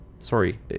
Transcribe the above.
Sorry